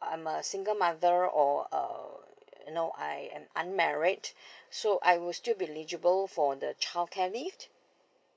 I'm a single mother or or uh you know I'm unmarried so I will still be eligible for the childcare leave